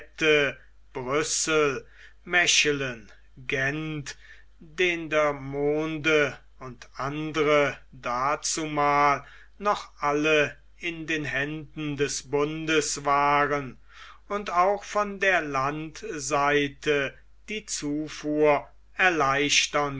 dendermonde und andere dazumal noch alle in den händen des bundes waren und auch von der landseite die zufuhr erleichtern